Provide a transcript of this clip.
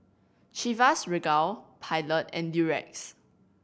Chivas Regal Pilot and Durex